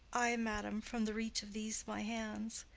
ay, madam, from the reach of these my hands.